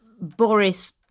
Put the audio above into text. Boris